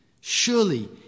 surely